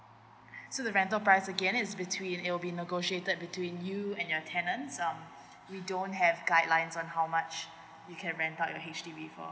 so the rental price again is between it'll be negotiated between you and your tenants um we don't have guidelines on how much you can rent out your H_D_B for